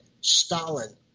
Stalin